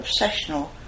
obsessional